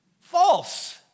False